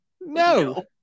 No